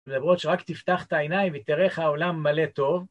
למרות שרק תפתח את העיניים ותראה איך העולם מלא טוב.